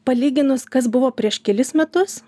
palyginus kas buvo prieš kelis metus